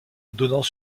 donnant